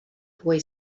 boy